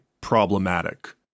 problematic